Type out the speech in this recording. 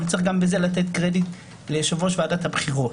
אבל צריך גם בזה לתת קרדיט ליושב-ראש ועדת הבחירות,